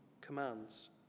commands